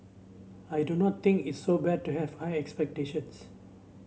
I do not think it's so bad to have high expectations